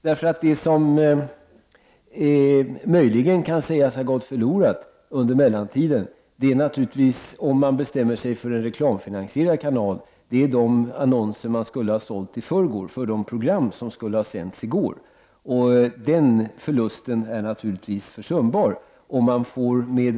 Det som möjligen kan sägas ha gått förlorat under mellantiden är naturligtvis de annonser man skulle ha sålt i förrgår för de program som skulle ha sänts i går, om man nu bestämmer sig för en reklamfinansierad kanal.